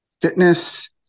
fitness